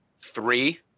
three